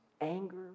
anger